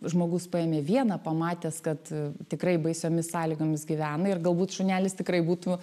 žmogus paėmė vieną pamatęs kad tikrai baisiomis sąlygomis gyvena ir galbūt šunelis tikrai būtų